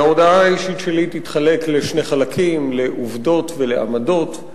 ההודעה האישית שלי תתחלק לשני חלקים: לעובדות ולעמדות.